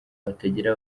batagira